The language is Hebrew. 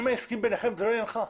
העניינים העסקיים ביניהם, זה לא עניינך.